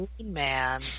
Man